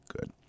good